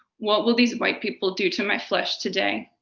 what will these white people do to my flesh today?